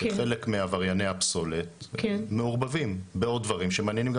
שחלק מעברייני הפסולת מעורבבים בעוד דברים שמעניינים גם